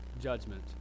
judgment